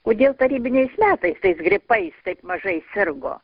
kodėl tarybiniais metais tais gripais taip mažai sirgo